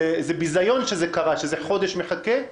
ביזיון שכבר חודש זה מחכה.